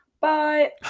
Bye